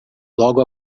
logo